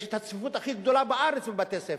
בטייבה הצפיפות הכי גבוהה בארץ בבתי-ספר.